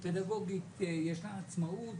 פדגוגית יש לו עצמאות,